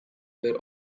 were